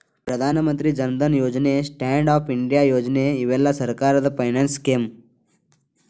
ಪ್ರಧಾನ ಮಂತ್ರಿ ಜನ್ ಧನ್ ಯೋಜನೆ ಸ್ಟ್ಯಾಂಡ್ ಅಪ್ ಇಂಡಿಯಾ ಯೋಜನೆ ಇವೆಲ್ಲ ಸರ್ಕಾರದ ಫೈನಾನ್ಸ್ ಸ್ಕೇಮ್